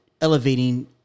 elevating